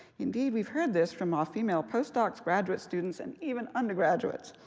indeed, we've heard this from our female postdocs, graduate students, and even undergraduates.